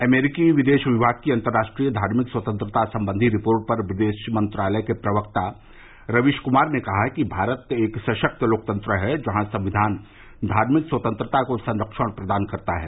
अमरीकी विदेश विभाग की अंतर्राष्ट्रीय धार्मिक स्वतंत्रता संबंधी रिपोर्ट पर विदेश मंत्रालय के प्रवक्ता रवीश कूमार ने कहा कि भारत एक सशक्त लोकतंत्र है जहां संविधान धार्मिक स्वतंत्रता को संख्षण प्रदान करता है